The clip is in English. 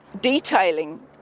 detailing